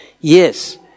Yes